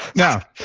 now,